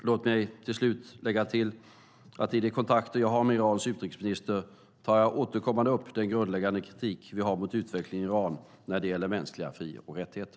Låt mig till slut lägga till att i de kontakter jag har med Irans utrikesminister tar jag återkommande upp den grundläggande kritik vi har mot utvecklingen i Iran när det gäller mänskliga fri och rättigheter.